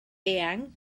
eang